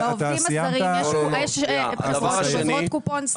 העובדים הזרים, יש חברות שגוזרות קופון סתם.